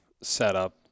setup